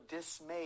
dismay